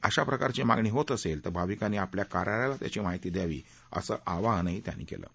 अशा प्रकारची मागणी होत असेल तर भाविकांनी आपल्या कार्यालयाला त्याची माहिती द्यावी असं आवाहनही अमरिंदर सिंग यांनी केलं आहे